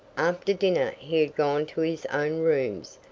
after dinner he had gone to his own rooms,